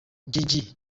gigi